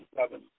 seven